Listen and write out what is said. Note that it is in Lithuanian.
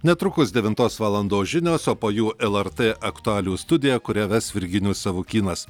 netrukus devintos valandos žinios o po jų lrt aktualijų studija kurią ves virginijus savukynas